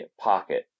pocket